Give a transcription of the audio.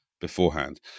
beforehand